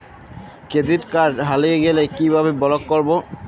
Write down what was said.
Credit card হারিয়ে গেলে কি ভাবে ব্লক করবো?